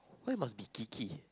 why must be Keke